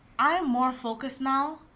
i am more focused now.